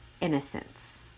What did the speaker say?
innocence